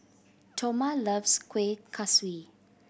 Toma loves Kueh Kaswi